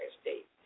state